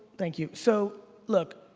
thank you. so look,